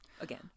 Again